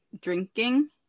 drinking